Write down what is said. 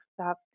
stop